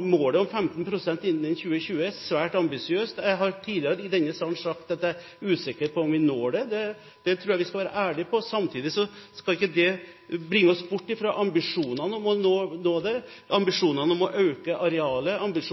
Målet om 15 pst. innen 2020 er svært ambisiøst. Jeg har tidligere i denne salen sagt at jeg er usikker på om vi når det. Det tror jeg vi skal være ærlige på. Samtidig skal ikke det bringe oss bort fra ambisjonen om å nå det – ambisjonen om å øke arealet,